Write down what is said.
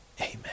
Amen